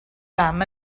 fam